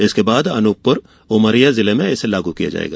इसके बाद अनूपपुर और उमरिया जिले में इसे लागू किया जायेगा